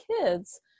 kids